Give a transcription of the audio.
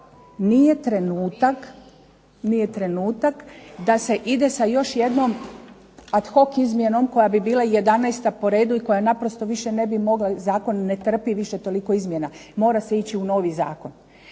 nije trenutak da se ide sa još jednom ad hoc izmjenom koja bi bila 11 po redu i koja naprosto više ne bi mogla zakon ne trpi više toliko izmjena, mora se ići u novi zakon.